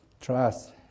trust